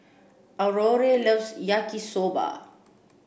Aurore loves Yaki soba